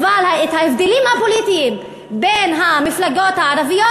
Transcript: אבל את ההבדלים הפוליטיים בין המפלגות הערביות,